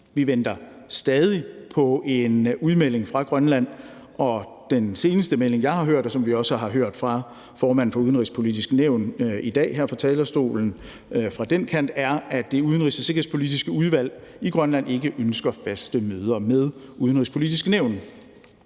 Vi venter stadig på en udmelding fra Grønland, og den seneste melding, jeg har hørt, og som vi også har hørt fra formanden for Det Udenrigspolitiske Nævn i dag her fra talerstolen, er, at det udenrigs- og sikkerhedspolitiske udvalg i Grønland ikke ønsker faste møder med Det Udenrigspolitiske Nævn.